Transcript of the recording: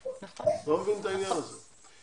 אני לא מבין את העניין הזה.